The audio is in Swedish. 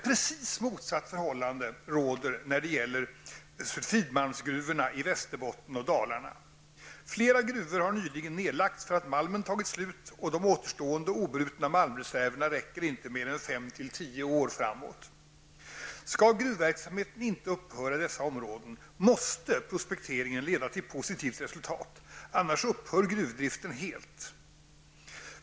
Precis motsatt förhållande gäller för sulfidmalmsgruvorna i Västerbotten och Dalarna. Flera gruvor har nyligen nedlagts för att malmen tagit slut, och de återstående obrutna malmreserverna räcker inte mer än 5--10 år framåt. Skall gruvverksamheten inte upphöra i dessa områden måste prospekteringen leda till positiva resultat, annars upphör gruvdriften helt.